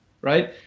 Right